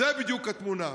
זו בדיוק התמונה.